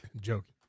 Joking